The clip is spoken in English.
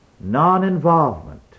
Non-involvement